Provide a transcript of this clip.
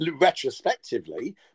retrospectively